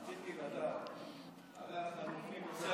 רציתי לדעת, הרי החלופי נוסע